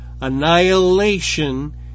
Annihilation